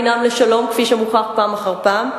אשמע דברים אחרים,